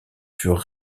furent